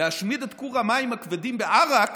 להשמיד את כור המים הכבדים באראק,